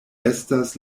estas